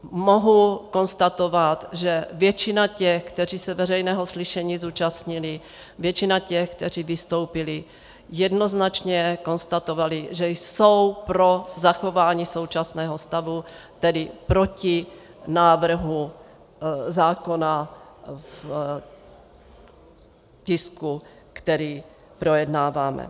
Mohu konstatovat, že většina těch, kteří se veřejného slyšení zúčastnili, většina těch, kteří vystoupili, jednoznačně konstatovala, že jsou pro zachování současného stavu, tedy proti návrhu zákona v tisku, který projednáváme.